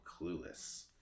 clueless